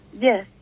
Yes